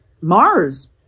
Mars